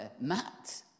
Matt